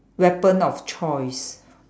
weapon of choice